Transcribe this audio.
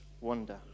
wonder